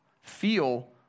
feel